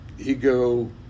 ego